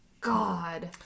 God